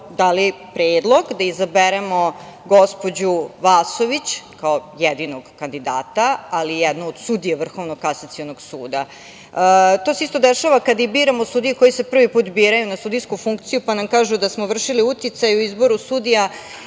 dali predlog da izaberemo gospođu Vasović, kao jedinog kandidata, ali jednog od sudija Vrhovnog kasacionog suda. To se isto dešava kada biramo sudije koji se prvi put biraju na sudijsku funkciju, pa nam kažu da smo vršili uticaj u izboru sudija.